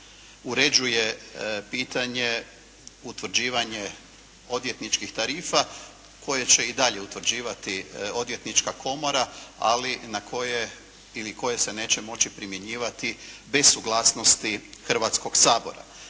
uređuje pitanje, utvrđivanje odvjetničkih tarifa koje će i dalje utvrđivati Odvjetnička komora, ali na koje ili koje se neće moći primjenjivati bez suglasnosti Hrvatskog sabora.